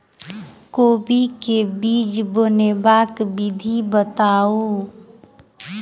कोबी केँ बीज बनेबाक विधि बताऊ?